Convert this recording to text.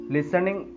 Listening